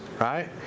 right